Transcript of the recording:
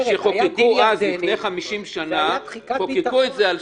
שחוקקו אז, לפני 50 שנה, חוקקו את זה על